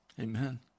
Amen